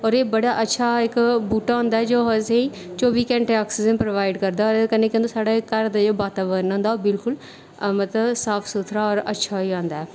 होर एह् बड़ा अच्छा इक बूह्टा होंदा जो असेंगी चौबी घैंटे आक्सीजन प्रोवाइड करदा होर एह्दे कन्नै केह् होंदा कि साढ़े घर दा जेह्का वातावरण होंदा ओह् बिलकुल मतलब साफ सुथरा होर अच्छा होई जंदा ऐ